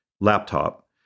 laptop